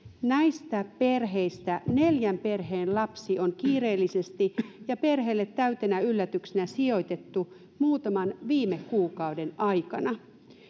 näistä perheistä neljän perheen lapsi on kiireellisesti ja perheelle täytenä yllätyksenä sijoitettu muutaman viime kuukauden aikana